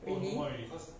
really